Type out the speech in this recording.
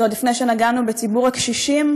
זה עוד לפני שנגענו בציבור הקשישים,